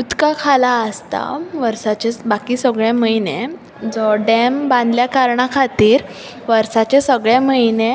इतको खाला आसता वर्साचे बाकी सगळे म्हयने जो डॅम बांदल्या कारणा खातीर वर्साचे सगळे म्हयने